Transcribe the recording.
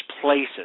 places